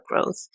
growth